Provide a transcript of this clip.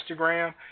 Instagram